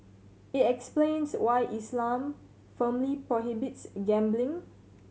it explains why Islam firmly prohibits gambling